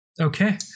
Okay